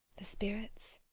the spirits?